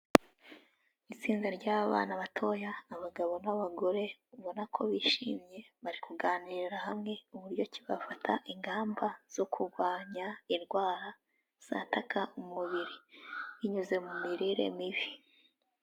Itsinda ry'abana batoya abagabo n'abagore ubona ko bishimye, bari kuganirira hamwe uburyo ki bafata ingamba zo kurwanya indwara zataka umubiri binyuze mu mirire mibi.